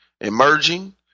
emerging